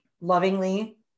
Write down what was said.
lovingly